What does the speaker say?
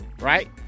right